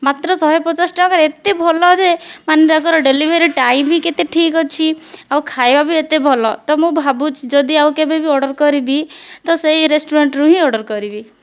ମାତ୍ର ଶହେ ପଚାଶ ଟଙ୍କାରେ ଏତେ ଭଲ ଯେ ମାନେ ତାଙ୍କର ଡେଲିଭରି ଟାଇମ୍ ବି କେତେ ଠିକ୍ ଅଛି ଆଉ ଖାଇବା ବି ଏତେ ଭଲ ତ ମୁଁ ଭାବୁଛି ଯଦି ଆଉ କେବେ ବି ଅର୍ଡ଼ର୍ କରିବି ତ ସେଇ ରେଷ୍ଟୁରାଣ୍ଟରୁ ହିଁ ଅର୍ଡ଼ର୍ କରିବି